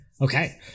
okay